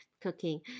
cooking